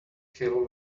kill